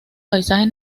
paisajes